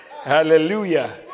Hallelujah